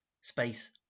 space